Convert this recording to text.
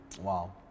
Wow